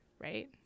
right